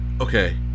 Okay